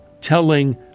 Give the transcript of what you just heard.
telling